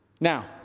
Now